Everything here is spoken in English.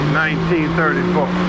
1934